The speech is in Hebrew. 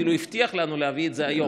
ואפילו הבטיח לנו להביא את זה היום.